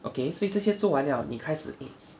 okay so 这些做完了你开始 eight